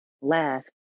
laugh